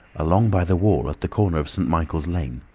along by the wall at the corner of st. michael's lane.